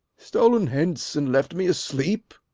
stol'n hence, and left me asleep!